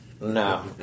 No